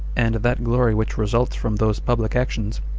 and that glory which results from those public actions,